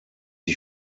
ich